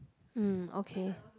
um okay